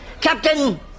Captain